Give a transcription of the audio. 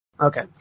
Okay